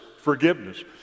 forgiveness